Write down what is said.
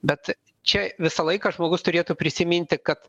bet čia visą laiką žmogus turėtų prisiminti kad